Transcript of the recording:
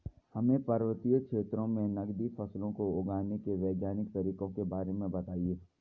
हमें पर्वतीय क्षेत्रों में नगदी फसलों को उगाने के वैज्ञानिक तरीकों के बारे में बताइये?